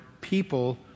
people